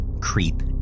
creep